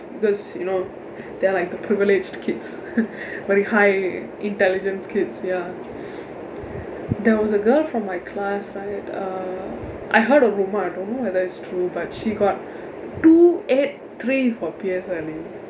because you know they're like the privileged kids very high intelligence kids ya there was a girl from my class right uh I heard a rumour I don't know whether it's true but she got two eight three for P_S_L_E